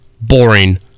boring